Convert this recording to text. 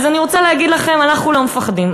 אז אני רוצה להגיד לכם: אנחנו לא מפחדים,